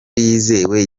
yizewe